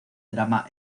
drama